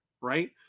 Right